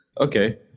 Okay